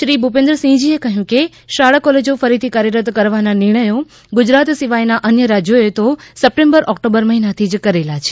શ્રી ભૂપેન્દ્રસિંહજીએ કહ્યું કે શાળા કોલેજો ફરીથી કાર્યરત કરવાના નિર્ણયો ગુજરાત સિવાયના અન્ય રાજ્યોએ તો સપ્ટેમ્બર ઓકટોબર મહિનાથી જ કરેલા છે